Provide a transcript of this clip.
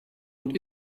und